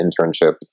internship